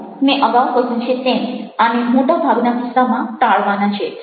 મેં અગાઉ કહ્યું છે તેમ આને મોટા ભાગના કિસ્સામાં ટાળવાના છે